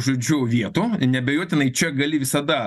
žodžiu vietų neabejotinai čia gali visada